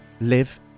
live